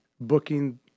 booking